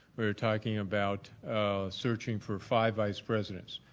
are talking about searching for five vice presidents.